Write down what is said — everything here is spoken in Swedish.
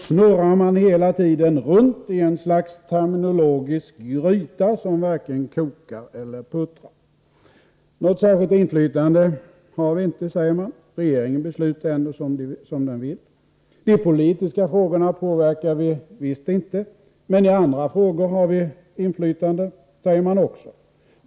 snurrar man hela tiden runt i ett slags terminologisk gryta som varken kokar eller puttrar. Något särskilt inflytande har vi inte, säger man — regeringen beslutar ändå som den vill. De politiska frågorna påverkar vi visst inte, men i andra frågor har vi inflytande, säger man också.